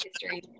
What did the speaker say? history